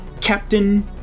captain